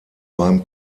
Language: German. beim